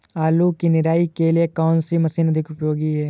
आलू की निराई के लिए कौन सी मशीन अधिक उपयोगी है?